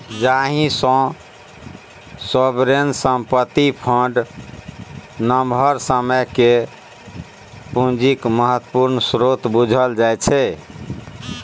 जाहि सँ सोवरेन संपत्ति फंड नमहर समय केर पुंजीक महत्वपूर्ण स्रोत बुझल जाइ छै